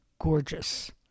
gorgeous